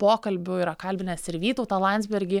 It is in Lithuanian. pokalbių yra kalbinęs ir vytautą landsbergį